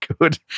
good